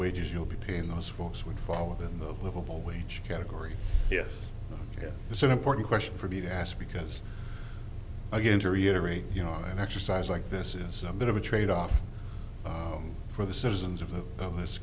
wages you'll be paying those folks would fall within the livable wage category yes that's an important question for me to ask because again to reiterate you know an exercise like this is a bit of a trade off for the citizens of this